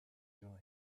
joy